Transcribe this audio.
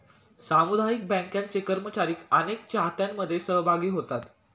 सामुदायिक बँकांचे कर्मचारी अनेक चाहत्यांमध्ये सहभागी होतात